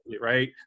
right